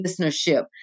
listenership